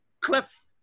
cliff